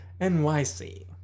NYC